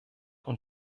und